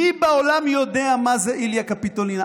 מי בעולם יודע מה זה איליה קפיטולינה,